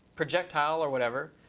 projectile or whatever,